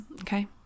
okay